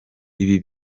ibi